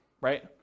right